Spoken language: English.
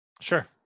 Sure